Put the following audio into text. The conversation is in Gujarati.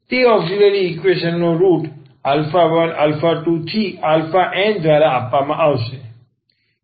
તે ઔક્ષીલરી ઈક્વેશન ની રુટ 12n દ્વારા આપવામાં આવશે